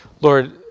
Lord